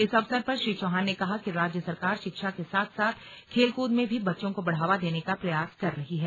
इस अवसर पर श्री चौहान ने कहा कि राज्य सरकार शिक्षा के साथ साथ खेल कूद में बच्चों को बढ़ावा देने का प्रयास कर रही है